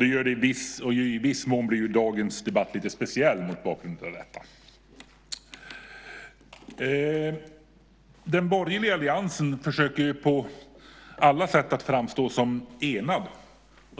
I viss mån blir dagens debatt lite speciell mot bakgrund av detta. Den borgerliga alliansen försöker på alla sätt framstå som enad.